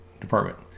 department